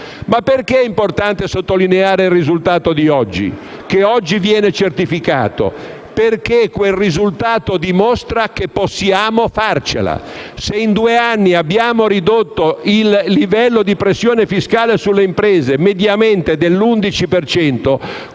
là. Perché è importante sottolineare il risultato che oggi viene certificato? Quel risultato dimostra che possiamo farcela. Se in due anni abbiamo ridotto il livello di pressione fiscale sulle imprese mediamente dell'11